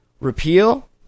Repeal